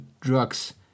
drugs